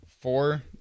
four